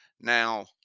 now